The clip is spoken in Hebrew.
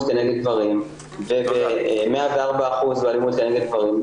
כנגד גברים וב-104% באלימות כנגד גברים,